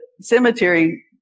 cemetery